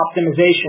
optimization